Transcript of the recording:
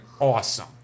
awesome